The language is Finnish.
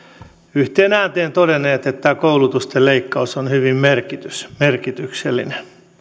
yhteen ääneen todenneet että koulutusten leikkaus on hyvin merkityksellinen